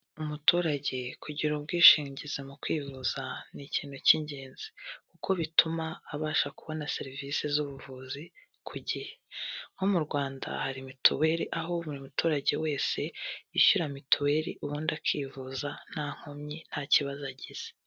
Umuturage kugira ubwishingizi mu kwivuza ni ikintu cy'ingenzi kuko bituma abasha kubona serivise z'ubuvuzi ku gihe, nko mu Rwanda hari mituweli aho buri muturage wese yishyura mituweli ubundi akivuza nta nkomyi nta kibazo agize.